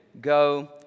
Go